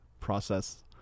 process